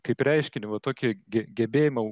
kaip reiškinį va tokį ge gebėjimą